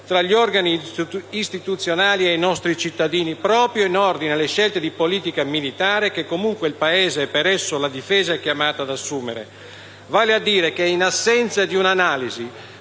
tra gli organi istituzionali e i nostri cittadini proprio in ordine alle scelte di politica militare che comunque il Paese, e, per esso, la Difesa, è chiamato ad assumere. Vale a dire che, in assenza di un'analisi